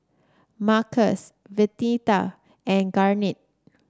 Marcus Venita and Garnett